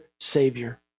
Savior